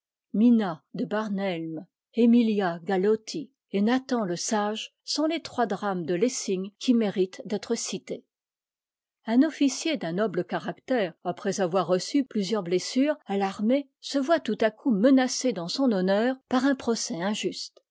de j orhae m émilia galotti et nathan le sage sont les trois drames de lessing qui méritent d'être cités un officier d'un noble caractère après avoir reçu plusieurs blessures à l'armée se voit tout à coup menacé dans son honneur par un procès injuste